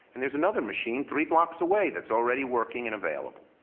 and there's another machine three blocks away that's already working and available.